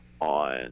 on